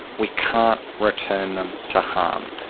we can't return them to harm,